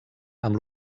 amb